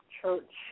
church